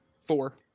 Four